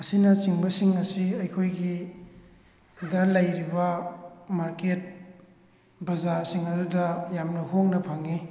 ꯑꯁꯤꯅ ꯆꯤꯡꯕꯁꯤꯡ ꯑꯁꯤ ꯑꯩꯈꯣꯏꯒꯤꯗ ꯂꯩꯔꯤꯕ ꯃꯥꯔꯀꯦꯠ ꯕꯖꯥꯔꯁꯤꯡ ꯑꯗꯨꯗ ꯌꯥꯝꯅ ꯍꯣꯡꯅ ꯐꯪꯉꯤ